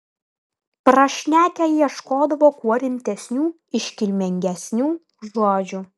prašnekę ieškodavo kuo rimtesnių iškilmingesnių žodžių